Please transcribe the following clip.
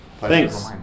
Thanks